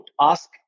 ask